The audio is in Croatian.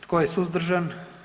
Tko je suzdržan?